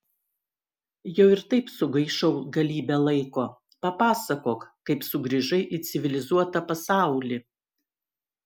jau ir taip sugaišau galybę laiko papasakok kaip sugrįžai į civilizuotą pasaulį